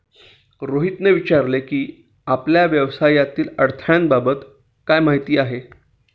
रोहितने विचारले की, आपल्याला व्यवसायातील अडथळ्यांबद्दल काय माहित आहे?